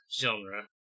genre